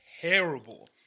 terrible